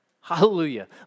hallelujah